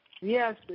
Yes